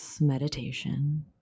Meditation